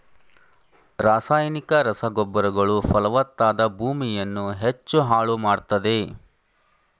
ರಾಸಾಯನಿಕ ರಸಗೊಬ್ಬರಗಳು ಫಲವತ್ತಾದ ಭೂಮಿಯನ್ನು ಹೆಚ್ಚು ಹಾಳು ಮಾಡತ್ತದೆ